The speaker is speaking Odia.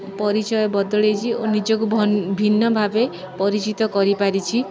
ପରିଚୟ ବଦଳେଇଛି ଓ ନିଜକୁ ଭିନ୍ନ ଭାବେ ପରିଚିତ କରିପାରିଛି